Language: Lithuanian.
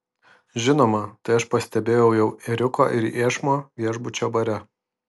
žinoma tai aš pastebėjau jau ėriuko ir iešmo viešbučio bare